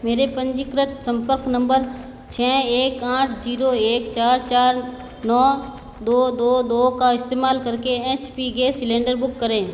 मेरे पंजीकृत संपर्क नंबर छः एक आठ जीरो एक चार चार नौ दो दो दो का इस्तेमाल करके H P gas cylinder book करें